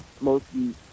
mostly